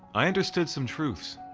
i understood some truths.